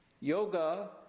yoga